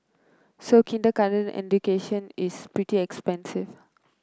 so kindergarten education is pretty expensive